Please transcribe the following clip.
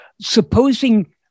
Supposing